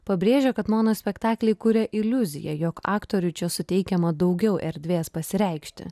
pabrėžia kad monospektakliai kuria iliuziją jog aktoriui čia suteikiama daugiau erdvės pasireikšti